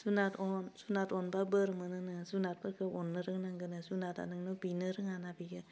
जुनाद अन जुनाद अनबा बोर मोनो नो जुनादफोरखौ अन्नो रोंनांगोन जुनादा नोंनो बिनो रोङाना बियो